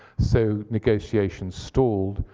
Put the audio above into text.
so negotiations stalled.